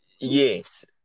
Yes